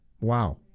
Wow